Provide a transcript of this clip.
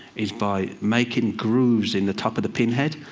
is by making grooves in the top of the pinhead.